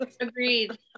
agreed